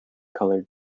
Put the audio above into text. coloured